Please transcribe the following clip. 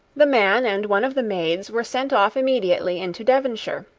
the man and one of the maids were sent off immediately into devonshire,